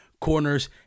corners